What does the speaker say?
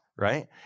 right